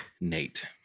NATE